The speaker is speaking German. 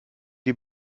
die